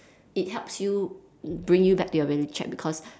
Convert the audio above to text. it helps you bring you back to your reality check because